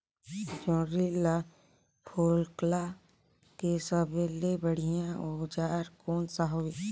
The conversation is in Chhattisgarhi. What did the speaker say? जोंदरी ला फोकला के सबले बढ़िया औजार कोन सा हवे?